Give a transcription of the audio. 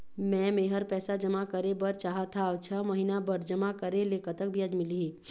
मे मेहर पैसा जमा करें बर चाहत हाव, छह महिना बर जमा करे ले कतक ब्याज मिलही?